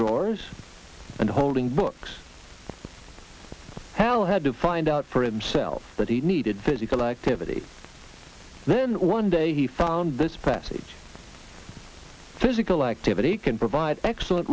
drawers and holding books hal had to find out for himself that he needed physical activity then one day he found this passage physical activity can provide excellent